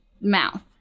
mouth